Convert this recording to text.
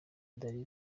danny